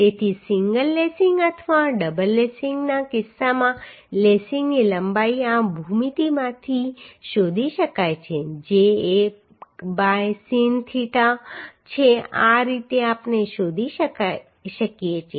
તેથી single lacing અથવા double લેસિંગના કિસ્સામાં લેસિંગની લંબાઈ આ ભૂમિતિમાંથી શોધી શકાય છે જે એક બાય સિન થીટા છે આ રીતે આપણે શોધી શકીએ છીએ